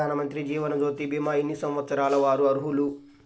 ప్రధానమంత్రి జీవనజ్యోతి భీమా ఎన్ని సంవత్సరాల వారు అర్హులు?